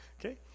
Okay